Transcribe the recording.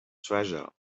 treasure